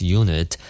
unit